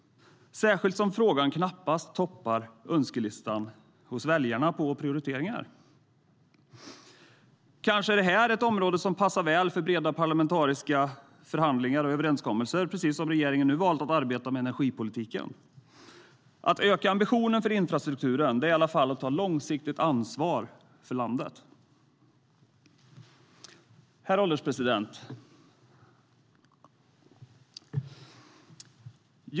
Kanske är detta ett område som passar väl för breda parlamentariska förhandlingar och överenskommelser, precis som regeringen nu valt att arbeta med energipolitiken. Att öka ambitionerna för infrastrukturen är att ta långsiktigt ansvar för landet. Herr ålderspresident!